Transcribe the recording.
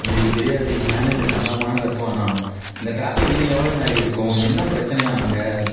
உங்களுக்கு தெரியாது என் மேனேஜர் கன்னாபின்னானு கத்துவான்ணா இந்த ட்ராஃபிக் இன்னும் எவ்வளோ நேர இருக்கும் என்ன பிரச்சனையாம் இங்கே